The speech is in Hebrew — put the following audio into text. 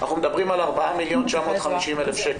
אנחנו מדברים על ארבעה מיליון ו-950,000 שקלים.